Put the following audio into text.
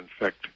infect